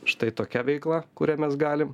štai tokia veikla kurią mes galim